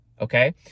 okay